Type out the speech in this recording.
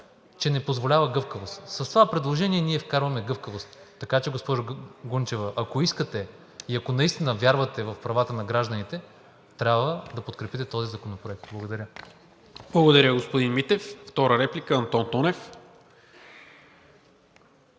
че не позволява гъвкавост. С това предложение ние вкарваме гъвкавост. Така че, госпожо Гунчева, ако искате и ако наистина вярвате в правата на гражданите, трябва да подкрепите този законопроект. Благодаря. ПРЕДСЕДАТЕЛ НИКОЛА МИНЧЕВ: Благодаря, господин Митев. Втора реплика – Антон Тонев.